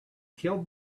kill